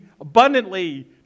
abundantly